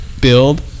Build